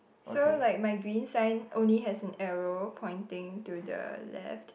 so like my green sign only has an arrow pointing to the left